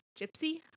Gypsy